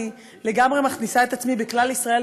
אני לגמרי מכניסה את עצמי בכלל ישראל,